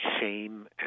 shame